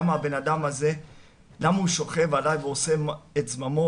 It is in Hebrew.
למה הבנאדם הזה שוכב עליי ועושה בי את זממו?